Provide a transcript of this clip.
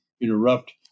interrupt